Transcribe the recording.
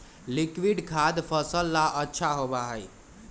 liquid खाद फसल ला अच्छा होबा हई